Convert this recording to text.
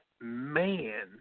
man